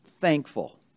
thankful